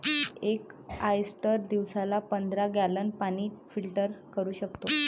एक ऑयस्टर दिवसाला पंधरा गॅलन पाणी फिल्टर करू शकतो